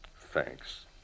Thanks